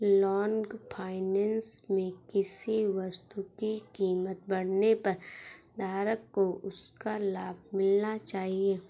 long finance में किसी वस्तु की कीमत बढ़ने पर धारक को उसका लाभ मिलना चाहिए